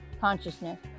consciousness